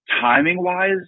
timing-wise